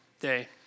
day